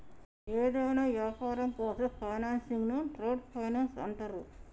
యేదైనా యాపారం కోసం చేసే ఫైనాన్సింగ్ను ట్రేడ్ ఫైనాన్స్ అంటరు